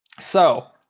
so.